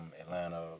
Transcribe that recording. Atlanta